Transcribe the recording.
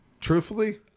truthfully